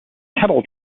kettle